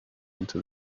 into